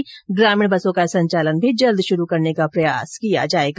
साथ ही ग्रामीण बसों का संचालन भी जल्द शुरू करने का प्रयास किया जायेगा